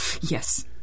Yes